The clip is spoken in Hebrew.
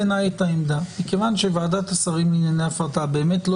העמדה מכיוון שוועדת השרים לענייני הפרטה באמת לא